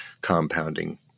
compounding